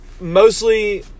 mostly